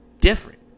different